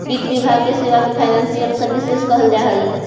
वित्त विभाग के सेवा के फाइनेंशियल सर्विसेज कहल जा हई